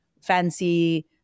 fancy